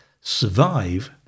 survive